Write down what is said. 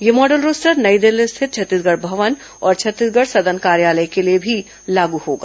यह model roster New Delhi स्थित छत्तीसगढ़ भवन और छत्तीसगढ़ सदन कार्यालय के लिए भी लागू होगा